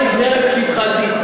מרגע שהתחלתי,